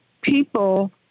people